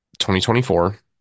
2024